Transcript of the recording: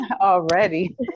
already